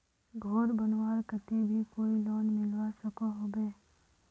घोर बनवार केते भी कोई लोन मिलवा सकोहो होबे?